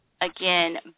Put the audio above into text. Again